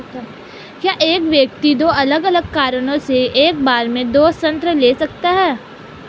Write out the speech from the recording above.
क्या एक व्यक्ति दो अलग अलग कारणों से एक बार में दो ऋण ले सकता है?